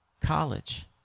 college